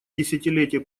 десятилетие